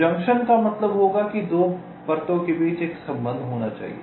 junction का मतलब होगा कि 2 परतों के बीच एक संबंध होना चाहिए